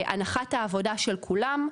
הנחת העבודה של כולם,